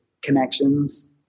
connections